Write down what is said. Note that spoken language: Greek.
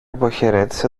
αποχαιρέτησε